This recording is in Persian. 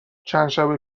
چندشب